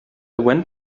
went